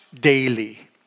daily